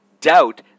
doubt